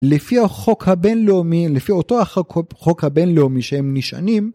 לפי החוק הבינלאומי, לפי אותו החוק הבינלאומי שהם נשענים